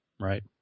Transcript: Right